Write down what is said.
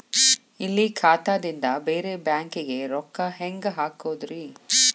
ಇಲ್ಲಿ ಖಾತಾದಿಂದ ಬೇರೆ ಬ್ಯಾಂಕಿಗೆ ರೊಕ್ಕ ಹೆಂಗ್ ಹಾಕೋದ್ರಿ?